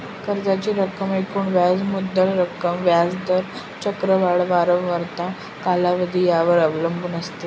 कर्जाची रक्कम एकूण व्याज मुद्दल रक्कम, व्याज दर, चक्रवाढ वारंवारता, कालावधी यावर अवलंबून असते